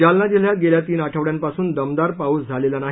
जालना जिल्ह्यात गेल्या तीन आठवङ्यांपासून दमदार पाऊस झालेला नाही